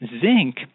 Zinc